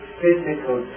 physical